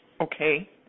okay